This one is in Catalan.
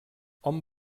hom